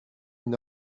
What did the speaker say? une